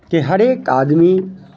के हरेक आदमी